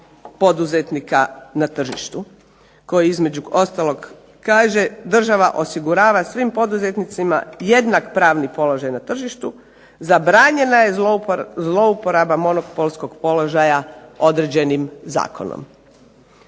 poduzetnika na tržištu koji između ostalog kaže država osigurava svim poduzetnicima jednak pravni položaj na tržištu, zabranjena je zlouporaba monopolskog položaja određenim zakonom.